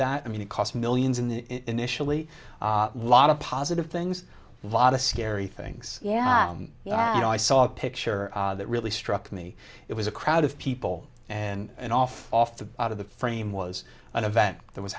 that i mean it cost millions in the initially lot of positive things a lot of scary things yeah yeah i saw a picture that really struck me it was a crowd of people and an off off the out of the frame was an event that was